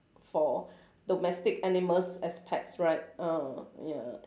for domestic animals as pets right uh ya